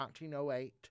1908